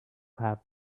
have